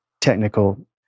technical